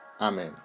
Amen